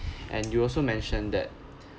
and you also mentioned that